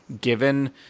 given